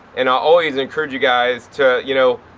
and i always encourage you guys to, you know,